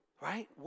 right